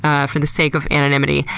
ah for the sake of anonymity,